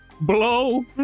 blow